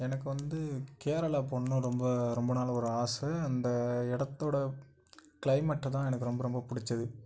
எனக்கு வந்து கேரளா போகணுன்னு ரொம்ப ரொம்ப நாள் ஒரு ஆசை அந்த இடத்தோட கிளைமேட்டை தான் எனக்கு ரொம்ப ரொம்ப பிடித்தது